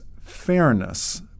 fairness